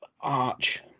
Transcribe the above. arch